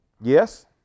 Yes